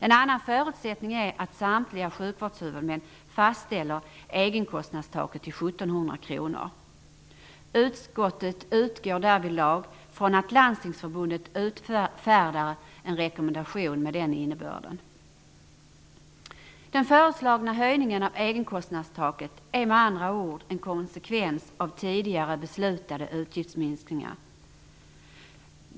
En annan förutsättning är att samtliga sjukvårdshuvudmän fastställer egenkostnadstaket till 1 700 kr. Utskottet utgår därvidlag från att Landstingsförbundet utfärdar en rekommendation med den innebörden. Den föreslagna höjningen av egenkostnadstaket är med andra ord en konsekvens av tidigare beslutade utgiftsminskningar.